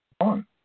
on